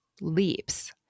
leaps